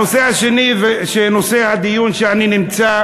הנושא השני, נושא הדיון שאני נמצא